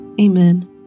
Amen